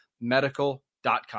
medical.com